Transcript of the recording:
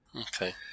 okay